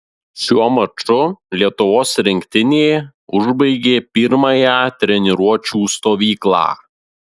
šiuo maču lietuvos rinktinė užbaigė pirmąją treniruočių stovyklą